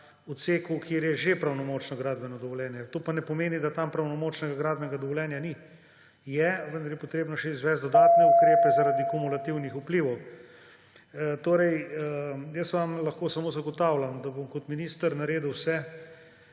odseku, kjer je že pravnomočno gradbeno dovoljenje. To pa ne pomeni, da tam pravnomočnega gradbenega dovoljenja ni. Je, vendar je treba izvesti še dodatne ukrepe zaradi kumulativnih vplivov. Lahko vam samo zagotovim, da bom kot minister naredil vse